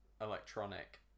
electronic